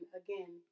again